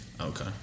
Okay